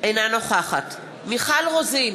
אינה נוכחת מיכל רוזין,